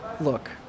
Look